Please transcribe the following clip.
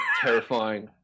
terrifying